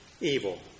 evil